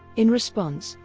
in response,